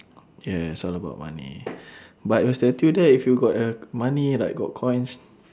yes all about money but your statue there if you got uh money like got coins